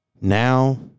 Now